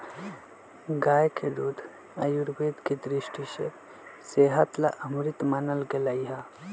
गाय के दूध आयुर्वेद के दृष्टि से सेहत ला अमृत मानल गैले है